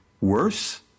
Worse